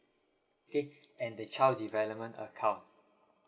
okay and the child development account